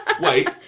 Wait